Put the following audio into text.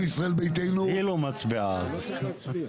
הצבעה בעד, 3 נגד,